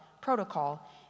protocol